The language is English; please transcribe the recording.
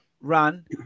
run